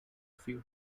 few